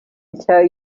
tell